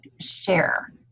share